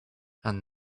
and